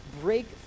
break